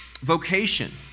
vocation